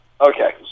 Okay